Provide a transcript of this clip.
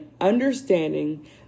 understanding